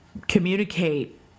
communicate